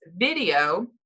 video